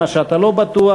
ומה שאתה לא בטוח,